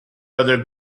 other